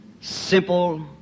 simple